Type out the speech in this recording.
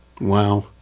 Wow